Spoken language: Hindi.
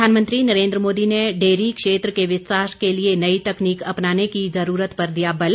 प्रधानमंत्री नरेन्द्र मोदी ने डेयरी क्षेत्र के विस्तार के लिए नई तकनीक अपनाने की जरूरत पर दिया बल